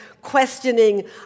questioning